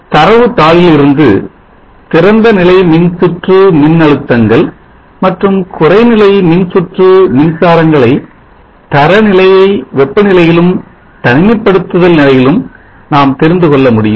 தரவு தாளிலிருந்து திறந்தநிலை மின்சுற்று மின் அழுத்தங்கள் மற்றும் குறைநிலை மின்சுற்று மின்சாரங்களை தரநிலையை வெப்பநிலையிலும் தனிமைப்படுத்துதல் நிலையிலும் நாம் தெரிந்துகொள்ள முடியும்